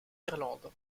irlande